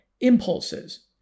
impulses